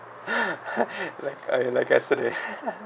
like I like yesterday